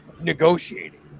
negotiating